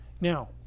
now